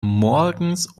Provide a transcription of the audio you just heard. morgens